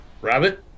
rabbit